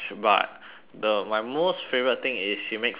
the my most favourite thing is she make for me eggs